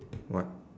what